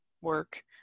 work